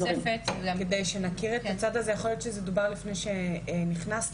יכול להיות שדובר על כך לפני שנכנסתי.